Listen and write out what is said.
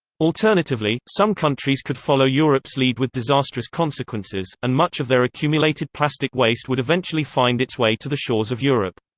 alternatively, some countries could follow europe's lead with disastrous consequences, and much of their accumulated plastic waste would eventually find its way to the shores of europe.